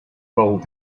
role